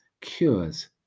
cures